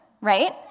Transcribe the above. right